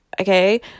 okay